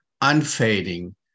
unfading